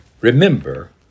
remember